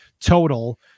total